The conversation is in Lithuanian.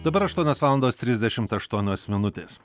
dabar aštuonios valandos trisdešim aštuonios minutės